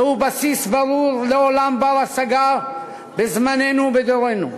זהו בסיס ברור לעולם בר-השגה בזמננו, בדורנו.